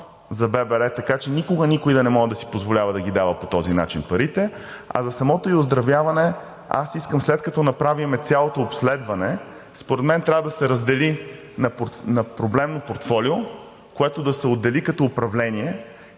за ББР, така че никога никой да не може да си позволява да дава по този начин парите. А за самото ѝ оздравяване – аз искам, след като направим цялото обследване, според мен трябва да се раздели на проблемно портфолио, което да се отдели като управление,